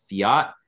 fiat